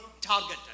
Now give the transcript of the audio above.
targeted